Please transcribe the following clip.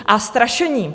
A strašení.